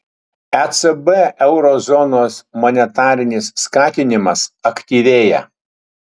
ecb euro zonos monetarinis skatinimas aktyvėja